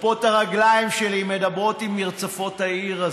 כפות הרגליים שלי מדברות עם מרצפות העיר הזו,